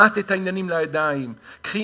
קחי